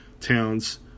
towns